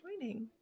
joining